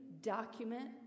document